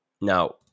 now